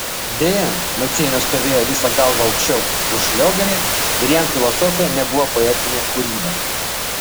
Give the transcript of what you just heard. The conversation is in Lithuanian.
deja maceina stovėjo visa galva aukščiau už šliogerį ir jam filosofija nebuvo poetinė kūryba